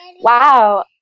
wow